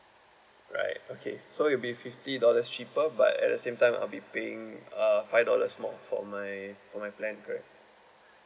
alright okay so it'll be fifty dollars cheaper but at the same time I'll be paying uh five dollars more for my for my plan correct